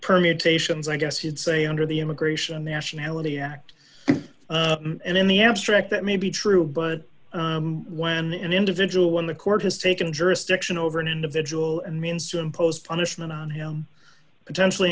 permutations i guess you'd say under the immigration and nationality act and in the abstract that may be true but when an individual when the court has taken jurisdiction over an individual and means to impose punishment on him potentially